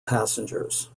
passengers